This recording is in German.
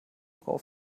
frau